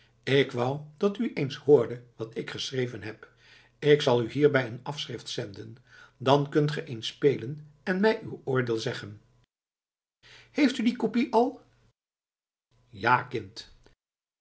ik wou dat u eens hoorde wat ik geschreven heb k zal u hierbij een afschrift zenden dan kunt ge t eens spelen en mij uw oordeel zeggen heeft u die kopie al ja kind